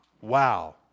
wow